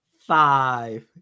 five